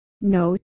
Note